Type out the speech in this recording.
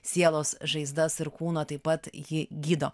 sielos žaizdas ir kūno taip pat ji gydo